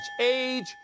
Age